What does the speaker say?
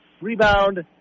Rebound